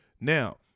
Now